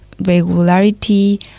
regularity